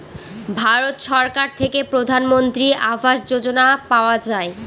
ভারত সরকার থেকে প্রধানমন্ত্রী আবাস যোজনা পাওয়া যায়